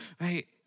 right